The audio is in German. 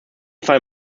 fall